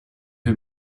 who